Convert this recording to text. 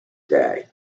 day